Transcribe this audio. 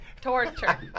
Torture